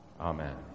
Amen